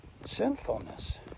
sinfulness